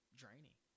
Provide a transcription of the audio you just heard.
draining